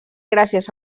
gràcies